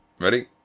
ready